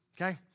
Okay